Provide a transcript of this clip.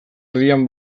erdian